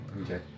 Okay